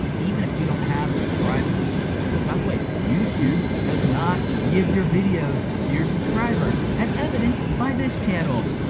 even if you don't have subscribers, because by the way, youtube does not give your videos to your subscribers, as evidenced by this channel.